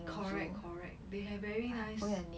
correct correct they have very nice